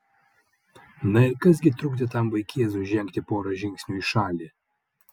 na ir kas gi trukdė tam vaikėzui žengti porą žingsnių į šalį